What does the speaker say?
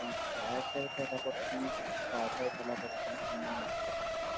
cash అయితే ఎలా పడుతుంది కార్డ్ అయితే ఎలా పడుతుంది ఈఎంఐ అయితే ఎలా పడుతుంది